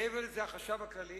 מעבר לזה, החשב הכללי